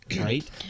Right